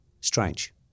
strange